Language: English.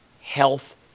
health